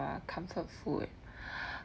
uh comfort food